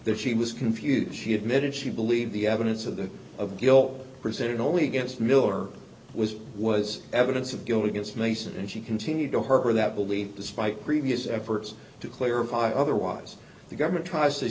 that she was confused she admitted she believed the evidence of the of guilt presented only against miller was was evidence of guilt against mason and she continued to her that believed despite previous efforts to clarify otherwise the government tries to